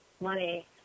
money